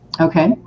Okay